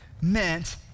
meant